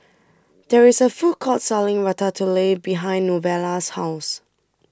There IS A Food Court Selling Ratatouille behind Novella's House